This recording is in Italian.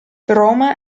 roma